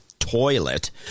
toilet